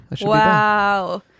Wow